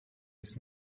his